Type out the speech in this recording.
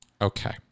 Okay